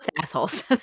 assholes